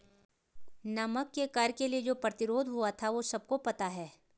नमक के कर के लिए जो प्रतिरोध हुआ था वो सबको पता है